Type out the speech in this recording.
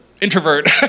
Introvert